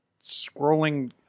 scrolling